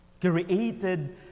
created